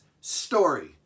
story